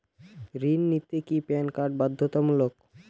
ঋণ নিতে কি প্যান কার্ড বাধ্যতামূলক?